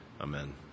Amen